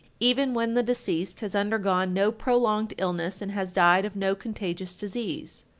even when the deceased has undergone no prolonged illness and has died of no contagious disease.